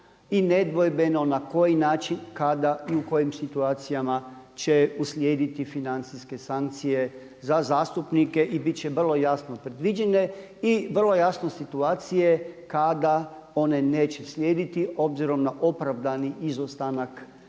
i nedvojbeno na koji način, kada i u kojim situacijama će uslijediti financijske sankcije za zastupnike i biti će vrlo jasno predviđene i vrlo jasno situacije kada one neće slijediti obzirom na opravdani izostanak